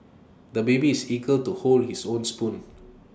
the baby is eager to hold his own spoon